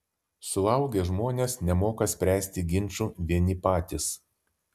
suaugę žmonės nemoka spręsti ginčų vieni patys